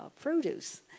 produce